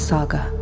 Saga